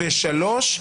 שלוש,